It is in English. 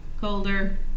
Colder